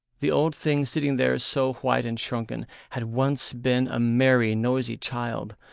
the old thing sitting there so white and shrunken had once been a merry, noisy child,